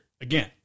again